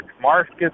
Marcus